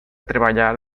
treballar